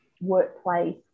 workplace